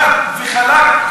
חד וחלק.